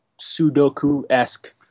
Sudoku-esque